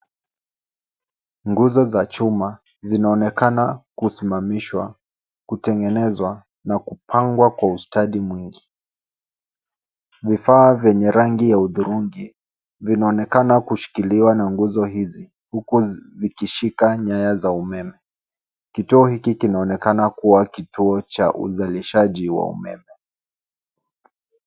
Nguzo za chuma, zinaonekana kusimamishwa, kutengenezwa, na kupangwa kwa ustadi mwingi. Vifaa vyenye rangi ya hudhurungi, vinaonekana kushikiliwa na nguzo hizi, huku zikishika nyaya za umeme. Kituo hiki kinaonekana kuwa kituo cha uzalishaji wa umeme.